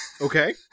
okay